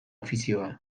ofizioa